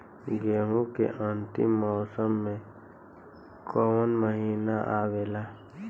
गेहूँ के अंतिम मौसम में कऊन महिना आवेला?